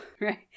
Right